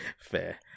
Fair